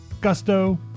Gusto